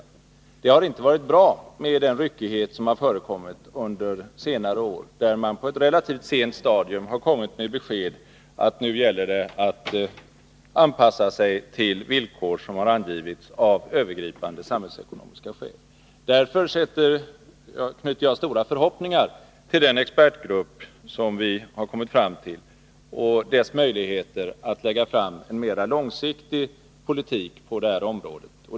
Ryckigheten under senare år har inte varit bra — kommunerna har relativt sent fått besked om att nu gäller det att anpassa sig till villkor som har angivits av övergripande samhällsekonomiska skäl. Därför knyter jag stora förhoppningar till expertgruppens möjligheter att lägga fram förslag till en mer långsiktig politik på detta område.